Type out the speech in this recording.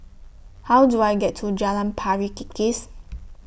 How Do I get to Jalan Pari Kikis